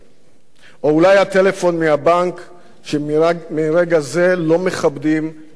או אולי הטלפון מהבנק שמרגע זה לא מכבדים יותר צ'קים,